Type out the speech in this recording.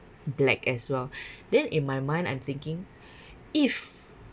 black as well then in my mind I'm thinking if